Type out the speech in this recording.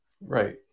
Right